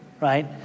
right